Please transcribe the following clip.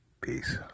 Peace